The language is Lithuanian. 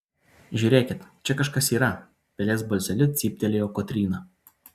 žiūrėkit čia kažkas yra pelės balseliu cyptelėjo kotryna